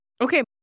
Okay